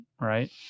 right